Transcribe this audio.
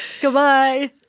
Goodbye